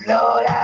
Lord